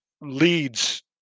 leads